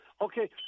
Okay